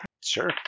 Sure